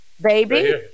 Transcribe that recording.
baby